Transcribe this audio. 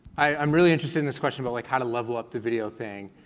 i'm really interested in this question about like how to level up the video thing,